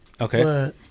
Okay